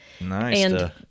Nice